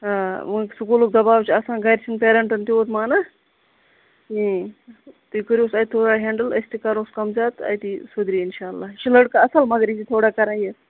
سکوٗلُک دَباو چھُ آسان گَرٕ چھُنہٕ پیرینٹن تیوٗت مانان کِہیٖنۍ تُہۍ کٔرۍوُس اَتہِ تھوڑا ہینٛڈٕل أسۍ تہِ کَروس کَم زِیادٕ أتی سُدرِ یہِ اِنشاء اللہ یہِ چُھ لٔڑکہٕ اصٕل مگر یہِ چھُ تھوڑا کَران یہِ